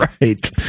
Right